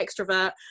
extrovert